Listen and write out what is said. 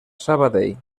sabadell